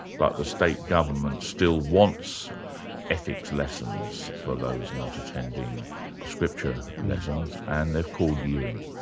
but the state government still wants ethics lessons for those not attending scripture lessons, and they've called you in.